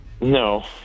No